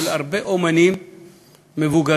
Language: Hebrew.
של הרבה אמנים מבוגרים,